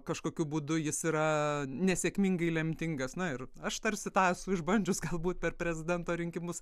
kažkokiu būdu jis yra nesėkmingai lemtingas na ir aš tarsi tą esu išbandžius galbūt per prezidento rinkimus